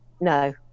No